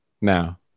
Now